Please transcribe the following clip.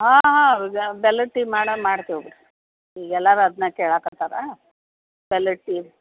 ಆಂ ಹಾಂ ಬೆಲ್ಲದ ಟೀ ಮಾಡೇ ಮಾಡ್ತೀವಿ ಬಿಡ್ರಿ ಈಗ ಎಲ್ಲರೂ ಅದನ್ನ ಕೇಳಕತ್ತಾರೆ ಬೆಲ್ಲದ ಟೀ